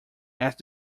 asked